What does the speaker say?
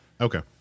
Okay